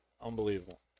Unbelievable